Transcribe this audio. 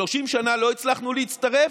30 שנה לא הצלחנו להצטרף,